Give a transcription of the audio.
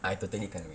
I totally can't wait